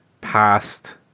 past